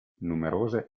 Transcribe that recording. numerose